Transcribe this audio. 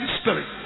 Spirit